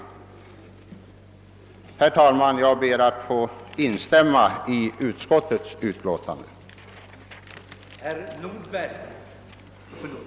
"Syndikalismen kan en del tala varmt för när den inte utgör någon verklig faktor, men om så skulle vara fallet bör män nog tänka på vilka arbetsmetoder som då skulle drabba det svenska arbetslivet. Herr talman! Jag ber att få yrka bifall till utskottets hemställan.